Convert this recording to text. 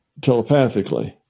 telepathically